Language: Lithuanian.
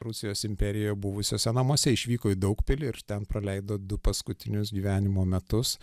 rusijos imperijoj buvusiuose namuose išvyko į daugpilį ir ten praleido du paskutinius gyvenimo metus